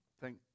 Thank